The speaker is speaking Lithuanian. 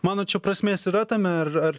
manot čia prasmės yra tame ar ar